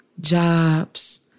jobs